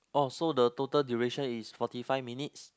oh so the total duration is forty five minutes